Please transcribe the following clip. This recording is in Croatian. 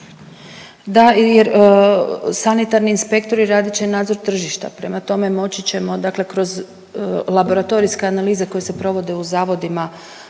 Da, jer sanitarni inspektori radit će nadzor tržišta, prema tome moći ćemo dakle kroz laboratorijske analize koje se provode u zavodima